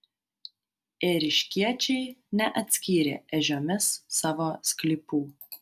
ėriškiečiai neatskyrė ežiomis savo sklypų